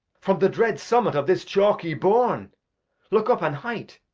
from the dread summet of this chalky bourn look up, an height,